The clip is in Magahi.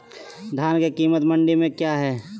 धान के कीमत मंडी में क्या है?